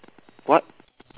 what